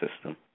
system